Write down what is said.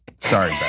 Sorry